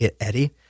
Eddie